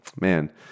Man